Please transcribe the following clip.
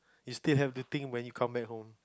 you still have think when you come back home